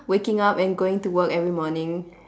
waking up and going to work every morning